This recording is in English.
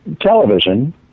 television